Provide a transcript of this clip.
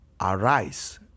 Arise